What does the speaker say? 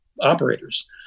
operators